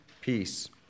peace